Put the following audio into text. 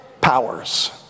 powers